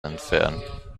entfernen